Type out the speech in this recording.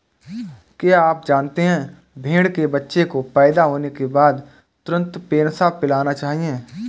क्या आप जानते है भेड़ के बच्चे को पैदा होने के बाद तुरंत फेनसा पिलाना चाहिए?